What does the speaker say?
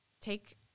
Take